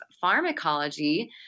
pharmacology